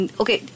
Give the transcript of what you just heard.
okay